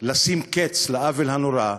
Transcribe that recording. לשים קץ לעוול הנורא,